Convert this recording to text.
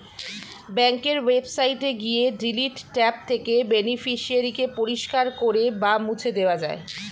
ব্যাঙ্কের ওয়েবসাইটে গিয়ে ডিলিট ট্যাব থেকে বেনিফিশিয়ারি কে পরিষ্কার করে বা মুছে দেওয়া যায়